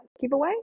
giveaway